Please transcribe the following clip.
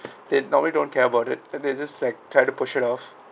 they normally don't care about it and they just like try to push it off